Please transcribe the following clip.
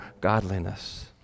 godliness